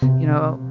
you know,